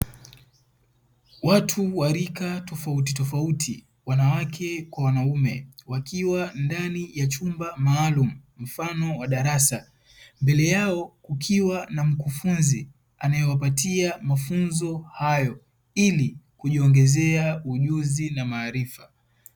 Watu wa rika tofautitofauti wanawake kwa wanaume wakiwa ndani ya chumba maalumu mfano wa darasa, mbele yao kukiwa na mkufunzi anayewapatia mafunzo hayo ili kujiongezea ujuzi na maarifa.